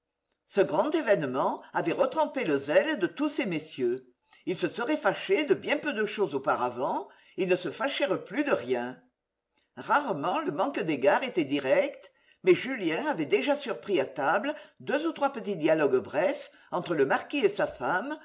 ce grand événement avait retrempé le zèle de tous ces messieurs ils se seraient fâchés de bien peu de chose auparavant ils ne se fâchèrent plus de rien rarement le manque d'égards était direct mais julien avait déjà surpris à table deux ou trois petits dialogues brefs entre le marquis et sa femme